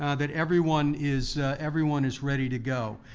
ah that everyone is everyone is ready to go.